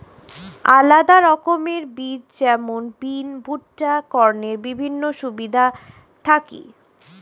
আলাদা রকমের বীজ যেমন বিন, ভুট্টা, কর্নের বিভিন্ন সুবিধা থাকি